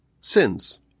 sins